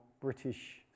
British